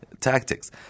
tactics